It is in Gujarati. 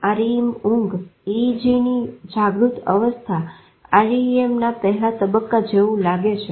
REM ઊંઘ EEGની જાગૃત અવસ્થા REM ના પહેલા તબ્બકા જેવું લાગે છે